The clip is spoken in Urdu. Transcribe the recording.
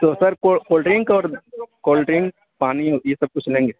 تو سر کولڈ ڈرنک اور کولڈ ڈرنک پانی یہ سب کچھ لیں گے